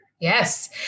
Yes